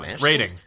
Rating